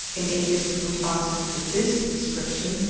in ages which answer to this description,